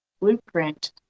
blueprint